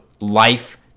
life